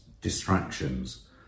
distractions